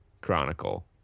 Chronicle